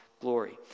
glory